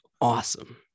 awesome